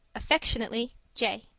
affectionately, j.